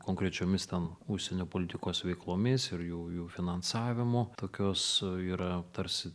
konkrečiomis ten užsienio politikos veiklomis ir jų jų finansavimu tokios yra tarsi